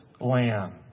lamb